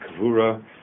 Kavura